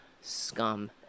scum